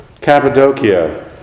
Cappadocia